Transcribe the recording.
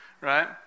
right